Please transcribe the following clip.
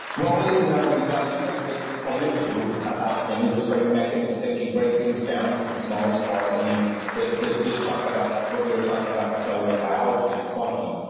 well, we we have a reductionistic point of view about things. it's very mechanistic. you break things down to the smallest parts. i mean to to just talk about what you were talking about with cellular biology and quantum.